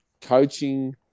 coaching